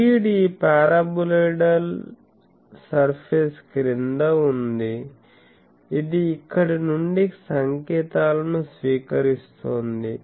feed ఈ paraboloidal surface క్రింద ఉంది ఇది ఇక్కడ నుండి సంకేతాలను స్వీకరిస్తోంది